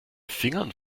fingern